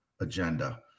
agenda